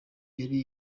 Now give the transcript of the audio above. yari